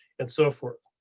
and so forth.